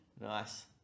Nice